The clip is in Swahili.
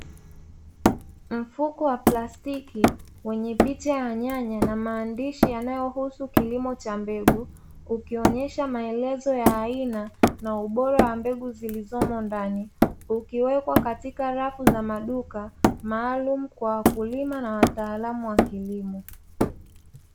Mfumo wa plastiki wenye picha ya nyanya na maandishi yanayohusu kulimo cha mbegu ukionyesha ubora wa aina za mbegu zilizomo ndani. Ukiwekwa katika rafu za maduka maalumu kwa wakulima na wataalamu wa kilimo.